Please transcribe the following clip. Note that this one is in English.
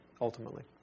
ultimately